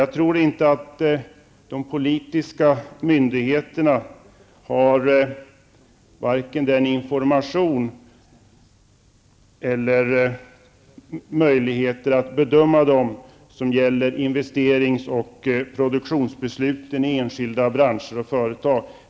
Jag tror inte att de politiska myndigheterna har vare sig information eller möjligheter när det gäller att bedöma investerings och produktionsbeslut i enskilda branscher och företag.